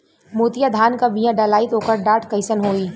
मोतिया धान क बिया डलाईत ओकर डाठ कइसन होइ?